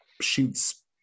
shoots